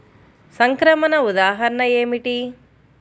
సంక్రమణ ఉదాహరణ ఏమిటి?